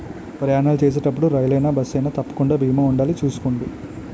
ప్రయాణాలు చేసేటప్పుడు రైలయినా, బస్సయినా తప్పకుండా బీమా ఉండాలి చూసుకోండి